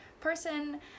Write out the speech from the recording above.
person